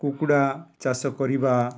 କୁକୁଡ଼ା ଚାଷ କରିବା